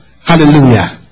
Hallelujah